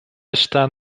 está